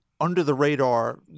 under-the-radar